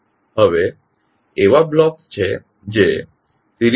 હવે એવા બ્લોક્સ છે જે સિરીઝ કોમ્બીનેશન્સ માં હોઈ શકે છે